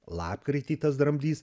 lapkritį tas dramblys